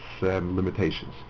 limitations